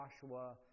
Joshua